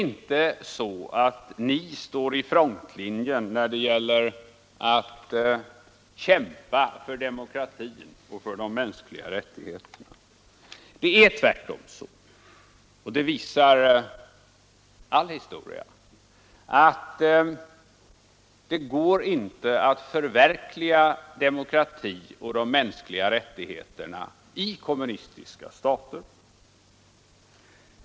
Ni står inte i frontlinjen när det gäller att kämpa för demokratin och de mänskliga rättigheterna. Det är tvärtom så — det visar all historia — att det inte går att förverkliga demokrati och mänskliga rättigheter i kommunistiska stater.